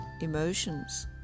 emotions